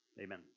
amen